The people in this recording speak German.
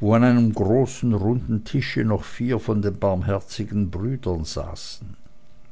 wo an einem großen runden tische noch vier von den barmherzigen brüdern saßen